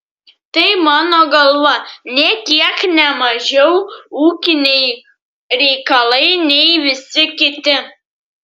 tai mano galva nė kiek ne mažiau ūkiniai reikalai nei visi kiti